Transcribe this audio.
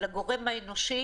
לגורם האנושי